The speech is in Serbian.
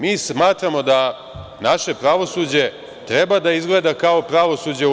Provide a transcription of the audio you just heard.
Mi smatramo da naše pravosuđe treba da izgleda kao pravosuđe u EU.